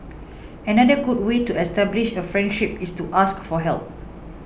another good way to establish a friendship is to ask for help